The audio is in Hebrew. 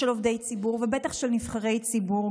של עובדי ציבור ובטח של נבחרי ציבור.